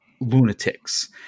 lunatics